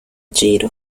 giro